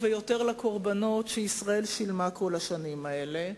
ויותר לקורבנות שישראל שילמה כל השנים האלה.